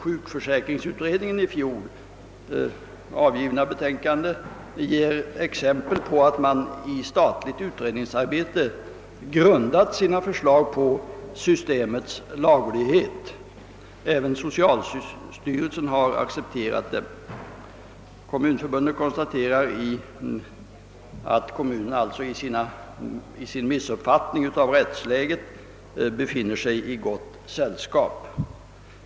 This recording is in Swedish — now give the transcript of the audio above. <Sjukförsäkringsutredningens i fjol avgivna betänkande ger exempel på att man i statligt utredningsarbete har grundat sina förslag på systemets laglighet. Även socialstyrelsen har accepterat det. Kommunförbundet konstaterar att kommunerna alltså i det fallet befinner sig i gott sällskap.